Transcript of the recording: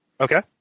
Okay